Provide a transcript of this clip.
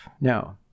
Now